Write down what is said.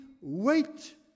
wait